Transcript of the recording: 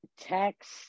text